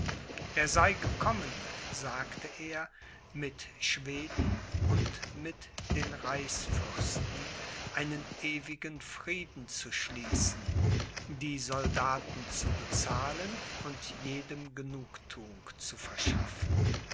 er sei gekommen sagte er mit schweden und mit den reichsfürsten einen ewigen frieden zu schließen die soldaten zu bezahlen und jedem genugtuung zu verschaffen